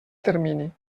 termini